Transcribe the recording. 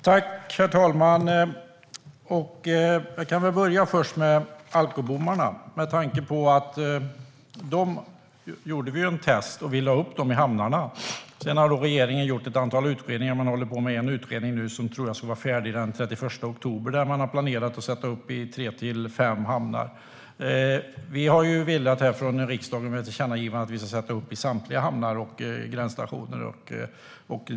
Herr talman! Jag börjar med alkobommarna. Vi gjorde ett test och satte upp dem i hamnarna. Regeringen har sedan gjort ett antal utredningar. Man håller på med en utredning som jag tror ska vara färdig den 31 oktober, och man har planerat att sätta upp alkobommar i tre till fem hamnar. Riksdagen meddelade i ett tillkännagivande att vi ville att de ska sättas upp i samtliga hamnar och gränsstationer.